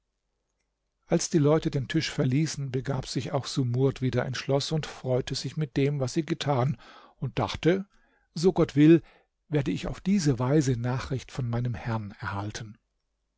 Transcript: als die leute den tisch verließen begab sich auch sumurd wieder ins schloß und freute sich mit dem was sie getan und dachte so gott will werde ich auf diese weise nachricht von meinem herrn erhalten